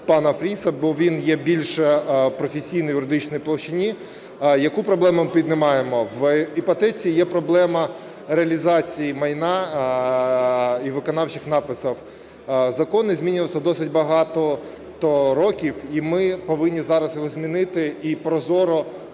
пана Фріса, бо він є більш професійний в юридичній площині. Яку проблему ми піднімаємо? В іпотеці є проблема реалізації майна і виконавчих написів. Закон не змінювався досить багато років, і ми повинні зараз його змінити і прозоро